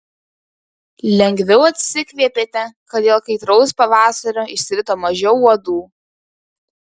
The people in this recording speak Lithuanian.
lengviau atsikvėpėte kad dėl kaitraus pavasario išsirito mažiau uodų